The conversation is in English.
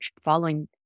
following